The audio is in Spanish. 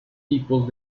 tipos